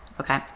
okay